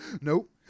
Nope